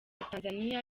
tanzania